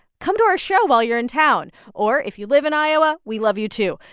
come to our show while you're in town or if you live in iowa we love you, too.